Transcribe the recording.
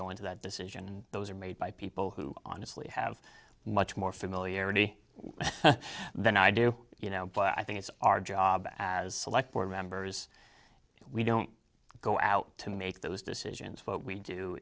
go into that decision and those are made by people who honestly have much more familiarity than i do you know but i think it's our job as select board members we don't go out to make those decisions what we do